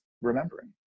remembering